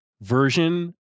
version